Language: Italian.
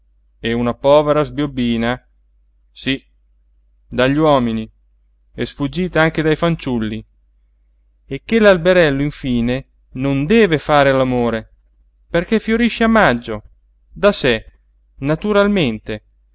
e una povera sbiobbina sí dagli uomini e sfuggita anche dai fanciulli e che l'alberello infine non deve fare all'amore perché fiorisce a maggio da sé naturalmente